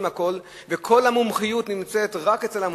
הכול וכל המומחיות נמצאת רק אצל המומחים,